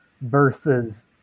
versus